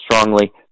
strongly